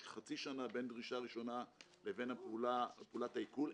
יש חצי שנה בין דרישה ראשונה לבין פעולת העיקול,